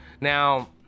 Now